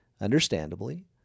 understandably